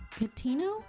Catino